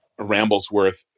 Ramblesworth